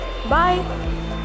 Bye